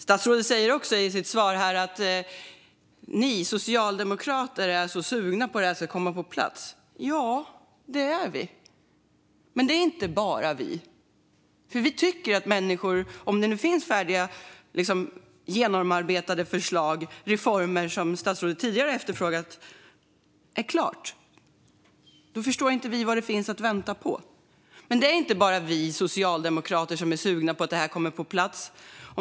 Statsrådet säger också i sitt svar att vi socialdemokrater är så sugna på att detta ska komma på plats. Ja, det är vi - men det är inte bara vi som är det. Om det nu finns färdiga, genomarbetade förslag till reformer som statsrådet tidigare har efterfrågat förstår vi inte vad det finns att vänta på. Men det är inte bara vi socialdemokrater som är sugna på att detta ska komma på plats.